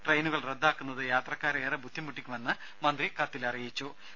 ട്രെയിനുകൾ റദ്ദാക്കുന്നത് യാത്രക്കാരെ ഏറെ ബുദ്ധിമുട്ടിക്കുമെന്ന് മന്ത്രി കത്തിൽ വ്യക്തമാക്കി